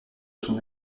son